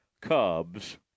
Cubs